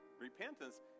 Repentance